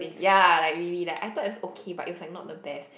ya like really like I thought it was okay it was like not the best